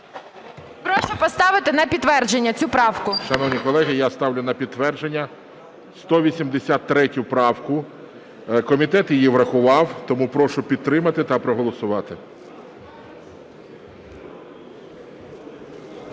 Прошу поставити на підтвердження цю правку. ГОЛОВУЮЧИЙ. Шановні колеги, я ставлю на підтвердження 183 правку. Комітет її врахував. Тому прошу підтримати та проголосувати.